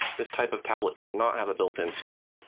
this type of tablet does not have a built-in screen,